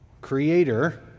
Creator